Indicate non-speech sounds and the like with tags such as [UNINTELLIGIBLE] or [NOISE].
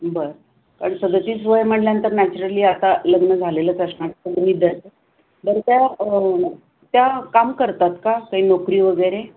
बरं पण सदतीसच वय म्हटल्यानंतर नॅचरली आता लग्न झालेलंच असणार [UNINTELLIGIBLE] बरं त्या त्या काम करतात का काही नोकरी वगैरे